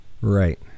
Right